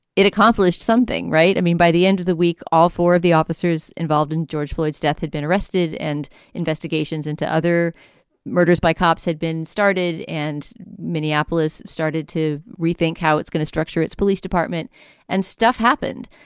it accomplished something, right? i mean, by the end of the week, all four of the officers involved in george floyds death had been arrested and investigations into other murders by cops had been started. and minneapolis started to rethink how it's going to structure its police department and stuff happened.